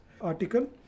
article